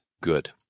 good